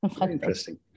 Interesting